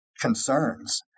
concerns